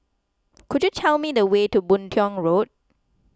could you tell me the way to Boon Tiong Road